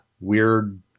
weird